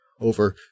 over